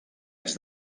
anys